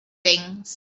things